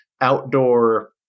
outdoor